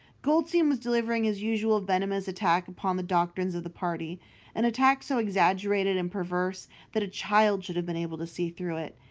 goldstein was delivering his usual venomous attack upon the doctrines of the party an attack so exaggerated and perverse that a child should have been able to see through it,